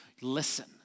listen